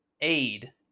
aid